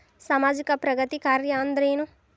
ಸಾಮಾಜಿಕ ಪ್ರಗತಿ ಕಾರ್ಯಾ ಅಂದ್ರೇನು?